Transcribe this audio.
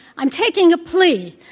i'm taking a plea.